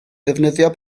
ddefnyddio